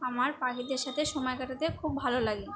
আমার পাখিদের সাথে সময় কাটাতে খুব ভালো লাগে